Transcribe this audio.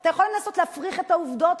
אתה יכול לנסות להפריך את העובדות,